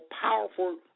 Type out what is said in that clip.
powerful